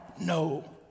no